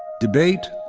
debate,